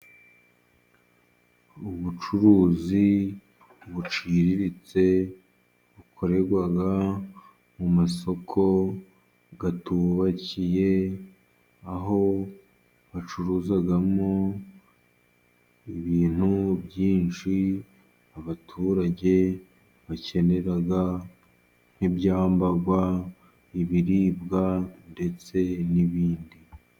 Ubucuruzi buciriritse, bukorerwa mu masoko atubakiye, aho bacuruzamo ibintu byinshi, abaturage bakeneraga nk'ibyambarwa, ibiribwa ndetse n'ibindi.